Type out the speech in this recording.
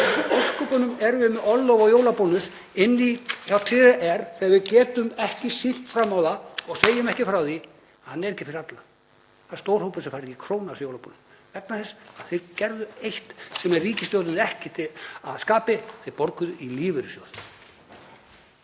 við með orlof og jólabónus inní hjá TR þegar við getum ekki sýnt fram á það og segjum ekki frá því að hann er ekki fyrir alla? Það er stór hópur sem fær ekki krónu í jólabónus vegna þess að þeir gerðu eitt sem er ríkisstjórninni ekki að skapi, þeir borguðu í lífeyrissjóð.